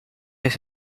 has